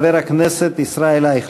חבר הכנסת ישראל אייכלר.